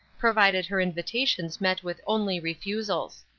provided her invitations met with only refusals.